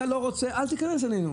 אם אתה לא רוצה, אל תיכנס אלינו.